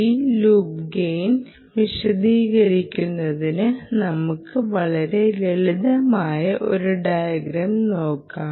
ഈ loop gain വിശദീകരിക്കുന്നതിന് നമുക്ക് വളരെ ലളിതമായ ഒരു ഡയഗ്രം നോക്കാം